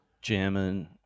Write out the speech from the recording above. jamming